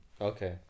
Okay